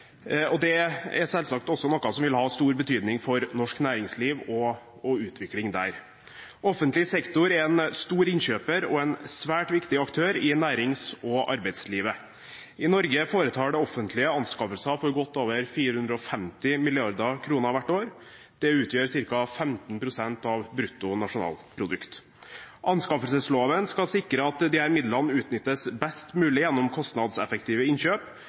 og det er selvsagt også noe som vil ha stor betydning for norsk næringsliv og utvikling der. Offentlig sektor er en stor innkjøper og en svært viktig aktør i nærings- og arbeidslivet. I Norge foretar det offentlige anskaffelser for godt over 450 mrd. kr hvert år. Det utgjør ca. 15 pst. av bruttonasjonalprodukt. Anskaffelsesloven skal sikre at disse midlene utnyttes best mulig gjennom kostnadseffektive innkjøp,